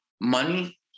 money